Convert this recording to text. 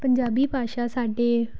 ਪੰਜਾਬੀ ਭਾਸ਼ਾ ਸਾਡੇ